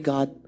God